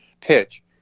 pitch